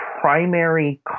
primary